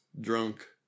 drunk